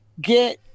get